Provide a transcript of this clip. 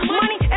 money